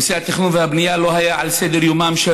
נושא התכנון והבנייה לא היה על סדר-יומם של